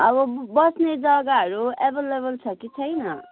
अब बस्ने जगाहरू एभाइलेभल छ कि छैन